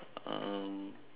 um